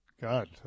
God